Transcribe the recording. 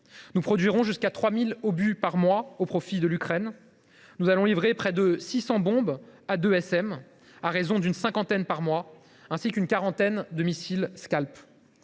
Nous produirons jusqu’à 3 000 obus par mois au profit de l’Ukraine. Nous allons livrer près de 600 bombes A2SM (armement air sol modulable), à raison d’une cinquantaine par mois, ainsi qu’une quarantaine de missiles Scalp.